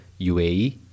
UAE